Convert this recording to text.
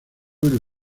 del